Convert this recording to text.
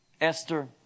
Esther